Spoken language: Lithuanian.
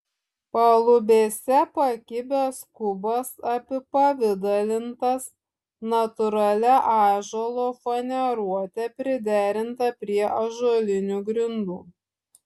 palubėse pakibęs kubas apipavidalintas natūralia ąžuolo faneruote priderinta prie ąžuolinių grindų